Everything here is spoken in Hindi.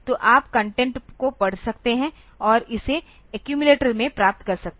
तो आप कंटेंट को पढ़ सकते हैं और इसे एक्युमिलेटर में प्राप्त कर सकते हैं